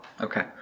Okay